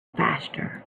faster